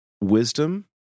wisdom